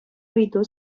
ыйту